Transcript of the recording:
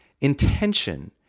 intention